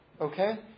Okay